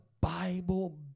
Bible